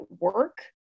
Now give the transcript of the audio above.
work